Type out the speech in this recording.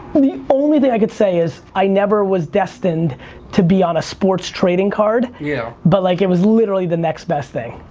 the only thing i could say is i never was destined to be on sports trading card. yeah but like it was literally the next best thing.